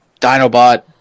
Dinobot